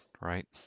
right